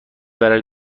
برای